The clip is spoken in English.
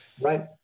right